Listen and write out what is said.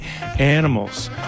animals